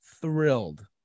thrilled